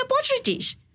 opportunities